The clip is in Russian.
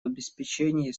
обеспечении